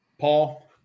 Paul